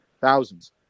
thousands